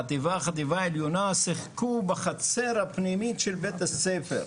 חטיבה וחטיבה עליונה שיחקו בחצר הפנימית של בית-הספר.